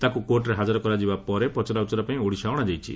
ତାକୁ କୋର୍ଟରେ ହାଜର କରାଯିବା ପରେ ପଚରା ଉଚ୍ଚରା ପାଇଁ ଓଡ଼ିଶା ଅଣାଯାଇଛି